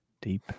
deep